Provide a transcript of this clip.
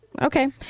Okay